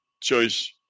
choice